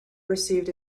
perceived